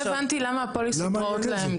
לא הבנתי למה הפוליסות רעות להם.